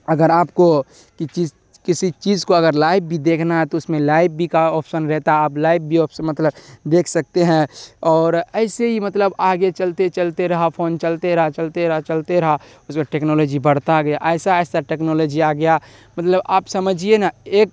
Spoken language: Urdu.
اگر آپ کو کسی کسی چیز کو اگر لائیو بھی دیکھنا ہے تو اس میں لائیو بھی کا آپشن رہتا ہے آپ لائیو بھی مطلب دیکھ سکتے ہیں اور ایسے ہی مطلب آگے چلتے چلتے رہا فون چلتے رہا چلتے رہا چلتے رہا اس میں ٹیکنالوجی بڑھتا گیا ایسا ایسا ٹیکنالوجی آ گیا مطلب آپ سمجھیے نا ایک